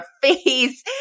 face